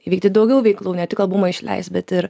įvykdyt daugiau veiklų ne tik albumą išleist bet ir